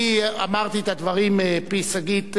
אני אמרתי את הדברים מפי שגית,